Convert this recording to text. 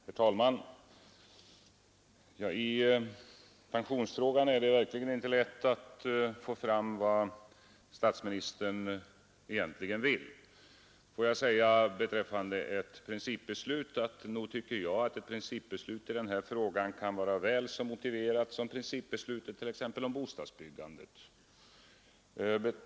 Herr talman! I pensionsfrågan är det verkligen inte lätt att få fram vad statsministern egentligen vill. Nog tycker jag att ett principbeslut i den här frågan kan vara väl så motiverat som principbeslutet om t.ex. bostadsbyggandet.